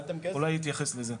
אולי הוא יתייחס לזה.